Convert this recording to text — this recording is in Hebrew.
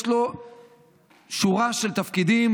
יש לו שורה של תפקידים,